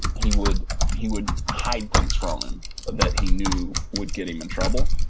he would he would hide things from them that he knew would get him in trouble.